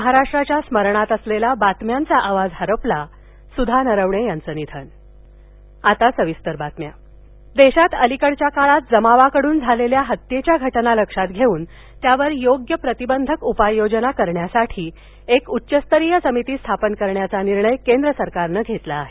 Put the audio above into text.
महाराष्ट्राच्या स्मरणात असलेला बातम्यांचा आवाज हरपला सुधा नरवणे याचं निधन जमाव देशात अलीकडच्या काळात जमावाकडून झालेल्या हत्त्येच्या घटना लक्षात घेऊन त्यावर योग्य प्रतिबंधक उपाययोजना करण्यासाठी एक उच्चस्तरीय समिती स्थापन करण्याचा निर्णय केंद्र सरकारनं घेतला आहे